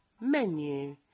Menu